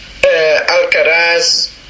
Alcaraz